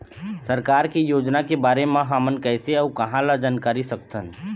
सरकार के योजना के बारे म हमन कैसे अऊ कहां ल जानकारी सकथन?